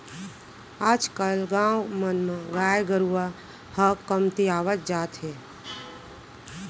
आज कल गाँव मन म गाय गरूवा ह कमतियावत जात हे